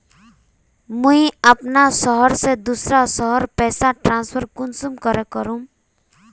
मुई अपना शहर से दूसरा शहर पैसा ट्रांसफर कुंसम करे करूम?